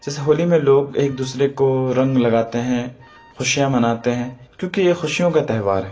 جیسے ہولی میں لوگ ایک دوسرے کو رنگ لگاتے ہیں خوشیاں مناتے ہیں کیونکہ یہ خوشیوں کا تہوار ہے